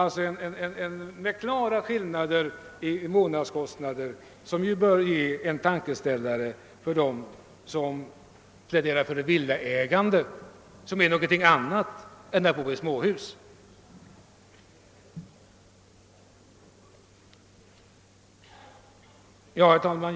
Där framgår att det finns klara skillnader i månadskostnaderna, och detta bör ge en tankeställare för dem som pläderar för villaägandet, vilket är någonting annat än att bo i småhus. Herr talman!